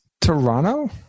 Toronto